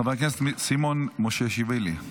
חבר הכנסת סימון מושיאשוילי.